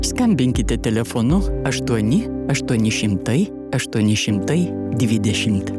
skambinkite telefonu aštuoni aštuoni šimtai aštuoni šimtai dvidešimt